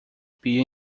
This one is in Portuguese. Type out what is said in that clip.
pia